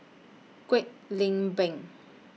Kwek Leng Beng